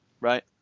Right